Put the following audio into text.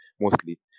mostly